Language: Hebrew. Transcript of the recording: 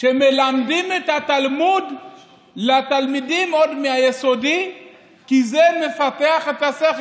שמלמדים את התלמוד לתלמידים מהיסודי כי זה מפתח את השכל,